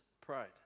pride